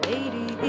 Lady